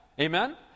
Amen